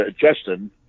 Justin